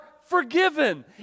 forgiven